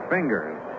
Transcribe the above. Fingers